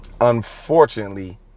Unfortunately